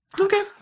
Okay